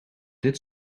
dit